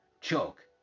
Choke